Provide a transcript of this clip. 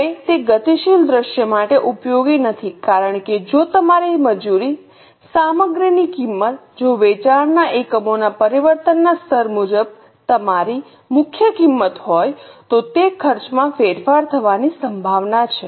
હવે તે ગતિશીલ દૃશ્ય માટે ઉપયોગી નથી કારણ કે જો તમારી મજૂર સામગ્રીની કિંમત જો વેચાણના એકમોના પરિવર્તનના સ્તર મુજબ તમારી મુખ્ય કિંમત હોય તો તે ખર્ચમાં ફેરફાર થવાની સંભાવના છે